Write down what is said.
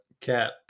cat